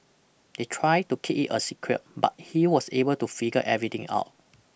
they tried to keep it a secret but he was able to figure everything out